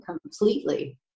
completely